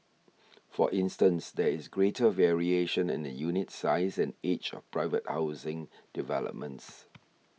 for instance there is greater variation in the unit size and age of private housing developments